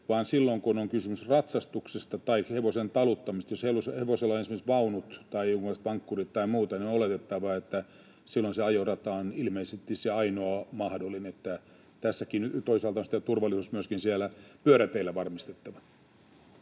silloin kun on kysymys ratsastuksesta tai hevosen taluttamisesta. Jos hevosella on esimerkiksi vaunut tai jonkunlaiset vankkurit tai muuten, on oletettavaa, että silloin se ajorata on ilmeisesti se ainoa mahdollinen. Tässäkin toisaalta on turvallisuus myöskin siellä pyöräteillä varmistettava.